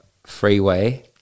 Freeway